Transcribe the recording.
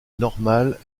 normale